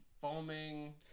foaming